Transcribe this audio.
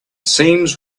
seems